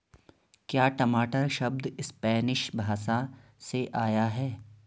क्या टमाटर शब्द स्पैनिश भाषा से आया है?